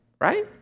right